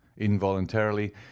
Involuntarily